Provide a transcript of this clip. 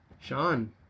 Sean